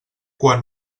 quan